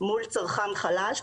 מול צרכן חלש,